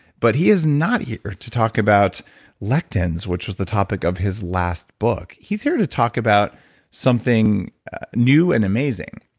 but he is not here to talk about lectins, which was the topic of his last book. he's here to talk about something new and amazing